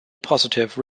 positive